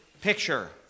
picture